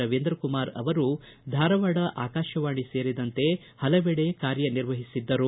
ರವೀಂದ್ರಕುಮಾರ್ ಅವರು ಧಾರವಾಡ ಆಕಾಶವಾಣಿ ಸೇರಿದಂತೆ ಹಲವೆಡೆ ಕಾರ್ಯ ನಿರ್ವಹಿಸಿದ್ದರು